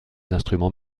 instruments